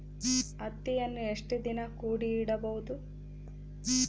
ಹತ್ತಿಯನ್ನು ಎಷ್ಟು ದಿನ ಕೂಡಿ ಇಡಬಹುದು?